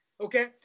okay